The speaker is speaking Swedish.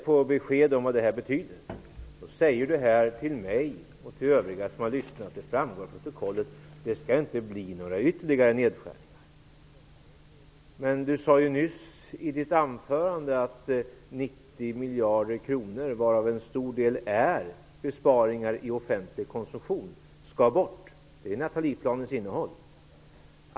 på besked om vad detta betyder, säger han till mig och övriga som har lyssnat att det inte skall bli några ytterligare nedskärningar! Detta framgår av protokollet. Men han sade nyss i sitt anförande att 90 miljarder kronor, varav en stor del är besparingar i offentlig konsumtion, skall bort! Det är Nathalieplanens innehåll.